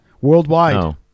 worldwide